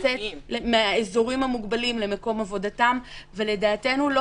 לצאת מהאזורים המוגבלים למקום עבודתם ולדעתנו לא